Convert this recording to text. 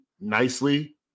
nicely